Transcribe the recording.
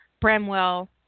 Bramwell